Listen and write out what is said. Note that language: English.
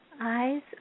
Eyes